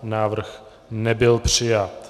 Návrh nebyl přijat.